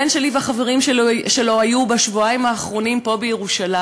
הבן שלי והחברים שלו היו בשבועיים האחרונים פה בירושלים.